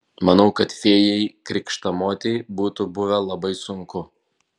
manau kad fėjai krikštamotei būtų buvę labai sunku